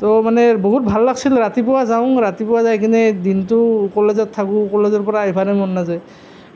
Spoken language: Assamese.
তো মানে বহুত ভাল লাগিছিল ৰাতিপুৱা যাওঁ ৰাতিপুৱা যাই কেনে দিনটো কলেজত থাকোঁ কলেজৰ পৰা আহিবৰে মন নাযায়